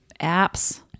apps